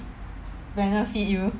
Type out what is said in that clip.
benefit you